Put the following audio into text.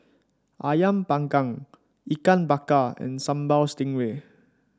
ayam panggang Ikan Bakar and Sambal Stingray